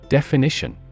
Definition